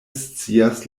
scias